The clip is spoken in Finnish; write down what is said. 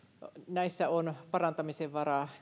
näissä kaikessa viranomaistoiminnassa on parantamisen varaa